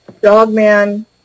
Dogman